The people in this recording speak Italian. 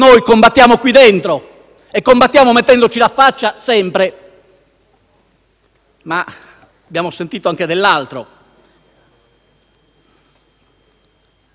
qui dentro, mettendoci la faccia, sempre. Ma abbiamo sentito anche dell'altro.